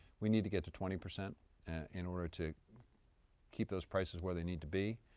we need to get to twenty percent in order to keep those prices where they need to be,